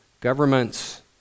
Governments